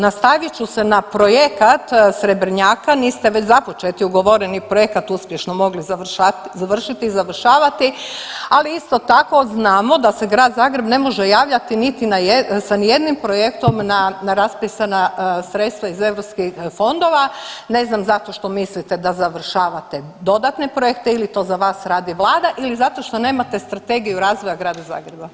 Nastavit ću se na projekat Srebrnjaka, niste već započeti i ugovoreni projekat uspješno mogli završiti i završavati, ali isto tako znamo da se Grad Zagreb ne može javljati niti na, sa nijednim projektom na, na raspisana sredstva iz europskih fondova, ne znam zato što mislite da završavate dodatne projekte ili to za vas radi vlada ili zato što nemate strategiju razvoja Grada Zagreba?